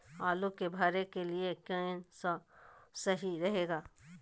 आलू के भरे के लिए केन सा और सही रहेगा?